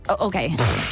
okay